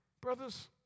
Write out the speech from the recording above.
Brothers